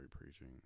preaching